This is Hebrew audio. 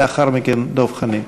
לאחר מכן, דב חנין.